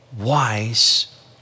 wise